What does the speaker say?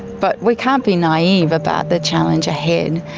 but we can't be naive about the challenge ahead.